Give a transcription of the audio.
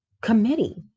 committee